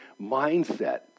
mindset